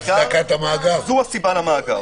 זו הסיבה למאגר.